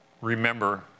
Remember